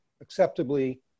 acceptably